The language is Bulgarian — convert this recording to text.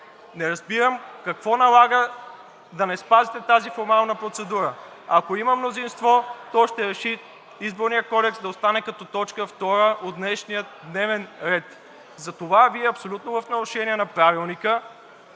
Не разбирам какво налага да не спазите тази формална процедура. Ако има мнозинство, то ще реши Изборният кодекс да остане като точка втора от днешния дневен ред. Затова Вие абсолютно в нарушение на Правилника